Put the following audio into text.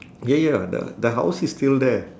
ya ya the the house is still there